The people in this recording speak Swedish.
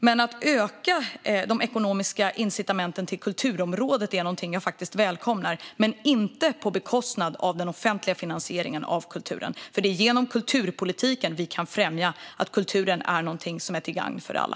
Men att öka de ekonomiska incitamenten när det gäller kulturområdet är någonting som jag faktiskt välkomnar, men inte på bekostnad av den offentliga finansieringen av kulturen. Det är nämligen genom kulturpolitiken som vi kan främja att kulturen är någonting som är till gagn för alla.